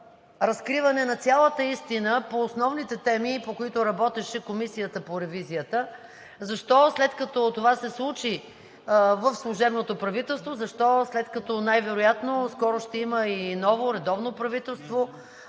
разкриване на цялата истина по основните теми, по които работеше Комисията по ревизията, защо, след като това се случи в служебното правителство, защо, след като, най-вероятно, скоро ще има и ново, редовно правителство,